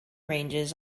ranges